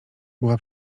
była